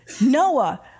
Noah